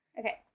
okay